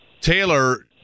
Taylor